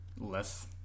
Less